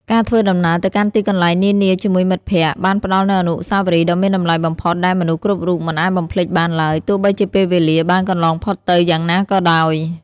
ការធ្វើដំណើរទៅកាន់ទីកន្លែងនានាជាមួយមិត្តភក្តិបានផ្តល់នូវអនុស្សាវរីយ៍ដ៏មានតម្លៃបំផុតដែលមនុស្សគ្រប់រូបមិនអាចបំភ្លេចបានឡើយ ទោះបីជាពេលវេលាបានកន្លងផុតទៅយ៉ាងណាក៏ដោយ។